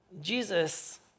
Jesus